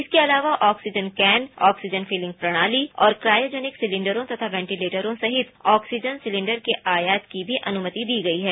इसके ैअलाया oxygen can oxygen filling प्रणाली और क्रायोजेनिक सिलेंडरों तथा वेटीलेटरों सहित ऑक्सीजन सिलेंडर के आयात की भी अनुमति दी गई है